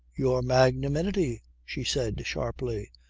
your magnanimity, she said sharply.